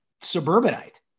suburbanite